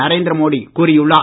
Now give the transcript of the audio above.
நரேந்திர மோடி கூறியுள்ளார்